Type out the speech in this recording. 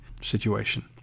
situation